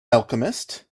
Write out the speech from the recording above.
alchemist